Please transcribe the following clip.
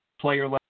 player